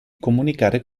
comunicare